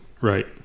right